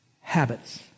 habits